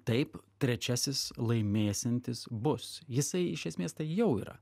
taip trečiasis laimėsiantis bus jisai iš esmės tai jau yra